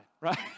right